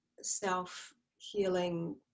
self-healing